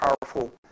powerful